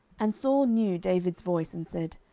and saul knew david's voice, and said,